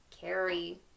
Carrie